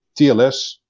TLS